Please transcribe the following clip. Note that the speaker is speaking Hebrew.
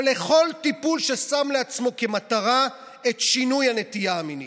או לכל טיפול ששם לעצמו כמטרה את שינוי הנטייה המינית".